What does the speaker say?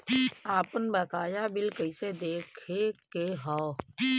आपन बकाया बिल कइसे देखे के हौ?